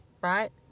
right